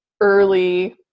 early